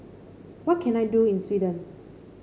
what can I do in Sweden